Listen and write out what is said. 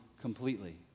completely